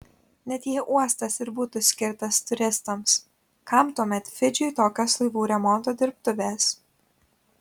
net jei uostas ir būtų skirtas turistams kam tuomet fidžiui tokios laivų remonto dirbtuvės